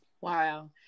Wow